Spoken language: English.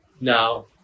now